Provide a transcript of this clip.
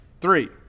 three